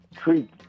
treat